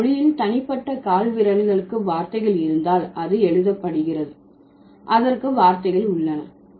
ஒரு மொழியில் தனிப்பட்ட கால்விரல்களுக்கு வார்த்தைகள் இருந்தால் அது எழுதப்படுகிறது அதற்கு வார்த்தைகள் உள்ளன